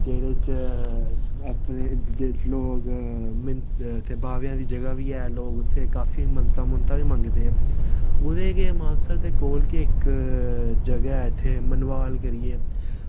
जेह्दे च लोग मिन्नत इत्थै बाह्वेआं दी जगह बी ऐ लोग उत्थै काफी मन्नतां मुन्नतां बी मंगदे ऐ ओह्दे गै मानसर दे कोल गै इक जगह ऐ इत्थै मनवाल करियै